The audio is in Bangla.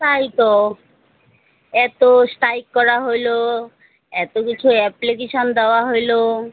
তাই তো এত স্ট্রাইক করা হলো এত কিছু অ্যাপ্লিকেশন দেওয়া হলো